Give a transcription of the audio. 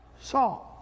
salt